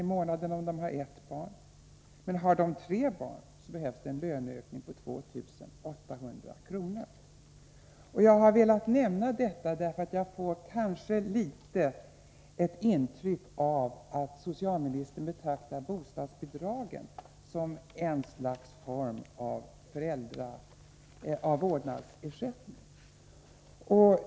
i månaden om familjen har ett barn, och med tre barn behövs det en löneökning på 2 800 kr. i månaden. Jag har velat nämna detta därför att jag får litet grand ett intryck av att socialministern betraktar bostadsbidragen som en form av vårdnadsersättning.